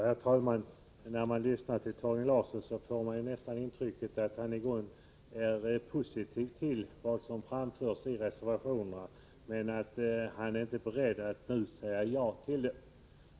Herr talman! När man lyssnar till Torgny Larsson får man nästan intrycket att han i grunden är positiv till vad som framförts i reservationerna men att han inte är beredd att nu säga ja till dem.